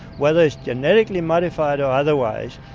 whether it's genetically modified or otherwise,